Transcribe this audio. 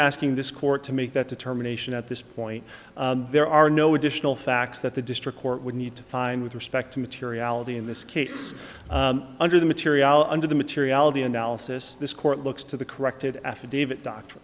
asking this court to make that determination at this point there are no additional facts that the district court would need to find with respect to materiality in this case under the material under the materiality analysis this court looks to the corrected affidavit doc